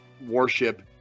warship